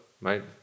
right